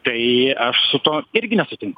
tai aš su tuo irgi nesutinku